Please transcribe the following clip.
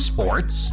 Sports